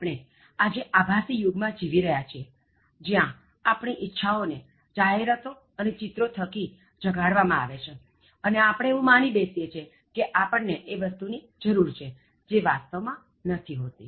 આપણે આજે આભાસી યુગ માં જીવી રહ્યાં છીએ જ્યાં આપણી ઇચ્છાઓને જાહેરાતો અને ચિત્રો થકી જગાડવામાં આવે છે અને આપણે એવું માની બેસીએ છીએ કે આપણે એ વસ્તુની જરુર છે જે વાસ્તવ માં નથી હોતી